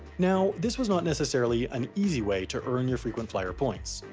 now, this was not necessarily an easy way to earn your frequent flyer points.